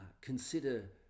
consider